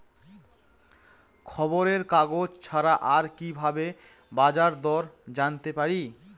খবরের কাগজ ছাড়া আর কি ভাবে বাজার দর জানতে পারি?